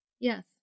Yes